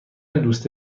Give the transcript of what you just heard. دوست